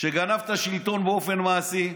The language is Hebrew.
שגנב את השלטון באופן מעשי,